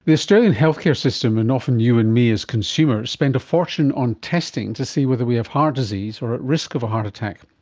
the australian healthcare system and often you and me as consumers spend a fortune on testing to see whether we have heart disease or are at risk of a heart attack.